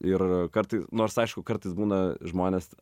ir kartais nors aišku kartais būna žmonės